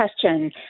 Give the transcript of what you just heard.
question